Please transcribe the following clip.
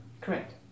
correct